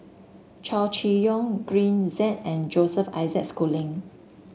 Chow Chee Yong Green Zeng and Joseph Isaac Schooling